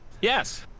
Yes